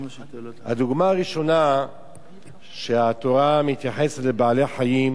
הדוגמה הראשונה שהתורה מתייחסת לבעלי-חיים